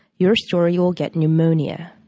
your story will get pneumonia.